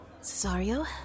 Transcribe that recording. Cesario